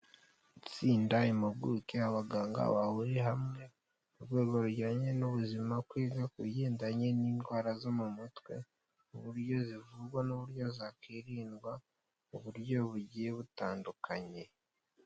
Itsinda, impuguke abaganga bahuriye hamwe mu rwego rujyanye n'ubuzima mu kwiga ku bigendanye n'indwara zo mu mutwe, ku buryo zivurwa n'uburyo zakwirindwa mu buryo bugiye butandukanye.